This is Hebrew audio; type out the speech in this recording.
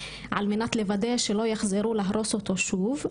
על מנת לוודא שלא יחזרו להרוס אותו שוב,